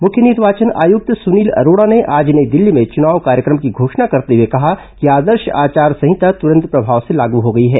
मुख्य निर्वाचन आयुक्त सुनील अरोड़ा ने आज नई दिल्ली में चुनाव कार्यक्रम की घोषणा करते हुए कहा कि आदर्श आचार संहिता तुरंत प्रभाव से लागू हो गई है